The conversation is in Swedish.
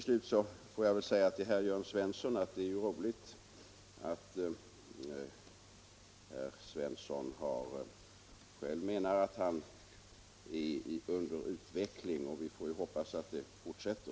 Slutligen får jag säga till her Jörn Svensson i Malmö att det är ju roligt att herr Svensson själv menar att han befinner sig i utveckling. Vi får hoppas att den utvecklingen fortsätter.